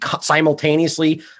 simultaneously